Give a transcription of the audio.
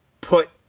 put